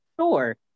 Sure